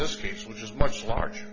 this case which is much larger